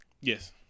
Yes